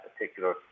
particular